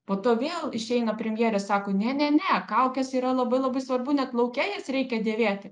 po to vėl išeina premjeras sako ne ne ne kaukės yra labai labai svarbu net lauke jas reikia dėvėti